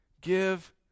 give